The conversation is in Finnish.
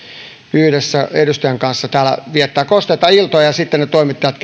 yhdessä edustajien kanssa täällä viettävät kosteita iltoja ja sitten ne toimittajat